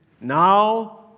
Now